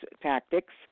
tactics